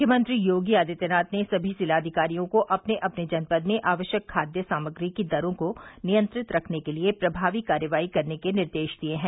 मुख्यमंत्री योगी आदित्यनाथ ने सभी जिलाधिकारियों को अपने अपने जनपद में आवश्यक खाद्य सामग्री की दरों को नियंत्रित रखने के लिये प्रमावी कार्रवाई करने के निर्देश दिये है